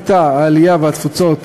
הקליטה והתפוצות,